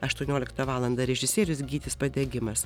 aštuonioliktą valandą režisierius gytis padegimas